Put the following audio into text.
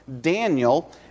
Daniel